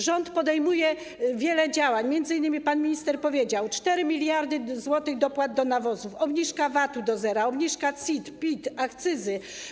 Rząd podejmuje wiele działań, m.in. pan minister powiedział: 4 mld zł dopłat do nawozów, obniżka VAT-u do zera, obniżka CIT, PIT, akcyzy.